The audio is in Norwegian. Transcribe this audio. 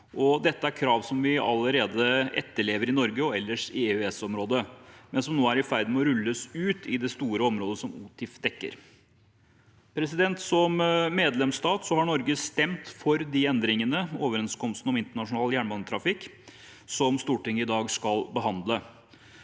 Dette er krav vi allerede etterlever i Norge og ellers i EØS-området, men som nå er i ferd med å rulles ut i det store området som OTIF dekker. Som medlemsstat har Norge stemt for de endringene i overenskomsten om internasjonal jernbanetrafikk som Stortinget i dag skal behandle.